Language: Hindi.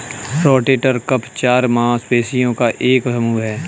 रोटेटर कफ चार मांसपेशियों का एक समूह है